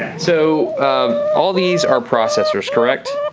so all these are processors, correct?